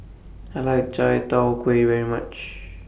I like Chai Tow Kuay very much